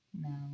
No